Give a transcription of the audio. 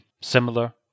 similar